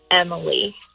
Emily